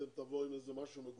הבא אתם תבואו עם משהו מגובש.